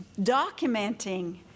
documenting